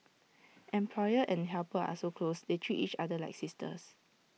employer and helper are so close they treat each other like sisters